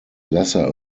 lesser